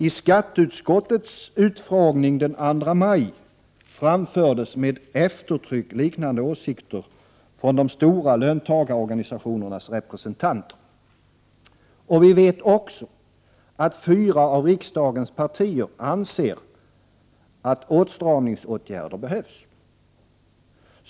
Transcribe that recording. I skatteutskottets utfrågning den 2 maj framfördes med eftertryck liknande åsikter från de stora löntagarorganisationernas representanter. Vi vet också att fyra av riksdagens partier anser att åtstramningsåtgärder behövs.